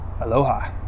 Aloha